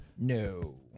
No